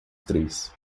três